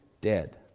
dead